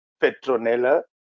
Petronella